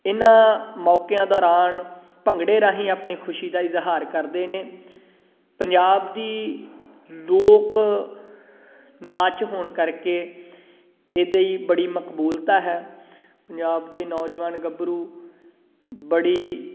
ਇਹਨਾਂ ਮੌਕਿਆਂ ਦੌਰਾਨ ਭੰਗੜੇ ਰਾਹੀਂ ਆਪਣੀ ਖੁਸ਼ੀ ਦਾ ਇਜ਼ਹਾਰ ਕਰਦੇ ਨੇ ਪੰਜਾਬ ਦੀ ਲੋਕ ਨਾਚ ਹੋਣ ਕਰਕੇ ਇਹਦੇ ਹੀ ਬੜੀ ਮਕਬੂਲਤਾ ਹੈ ਪੰਜਾਬ ਦੇ ਨੌਜਵਾਨ ਗੱਭਰੂ ਬੜੀ